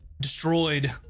destroyed